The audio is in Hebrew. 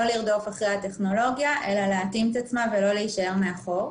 לרדוף אחרי הטכנולוגיה אלא להתאים את עצמם ולא להישאר מאחור.